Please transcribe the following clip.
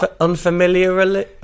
Unfamiliarly